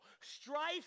strife